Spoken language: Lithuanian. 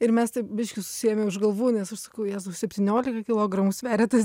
ir mes taip biškį susiėmę už galvų nes aš sakau jezau septyniolika kilogramų sveria tas